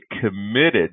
committed